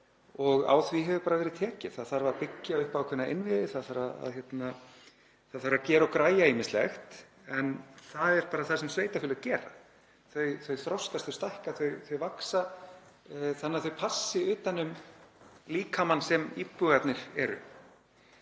og á því hefur verið tekið. Það þarf að byggja upp ákveðna innviði. Það þarf að gera og græja ýmislegt en það er bara það sem sveitarfélög gera. Þau þroskast og stækka, þau vaxa þannig að þau passi utan um líkamann sem íbúarnir eru.